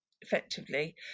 effectively